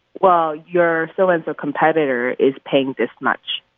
well, your so-and-so competitor is paying this much.